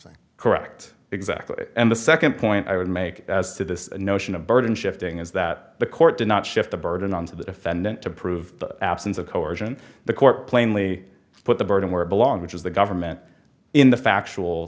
thing correct exactly and the second point i would make as to this notion of burden shifting is that the court did not shift the burden on to the defendant to prove the absence of coercion the court plainly put the burden where it belongs which is the government in the actual